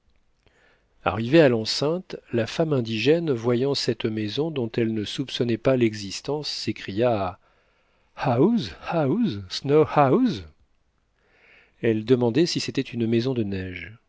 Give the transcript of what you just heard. arrivée à l'enceinte la femme indigène voyant cette maison dont elle ne soupçonnait pas l'existence s'écria house house snow house elle demandait si c'était une maison de neige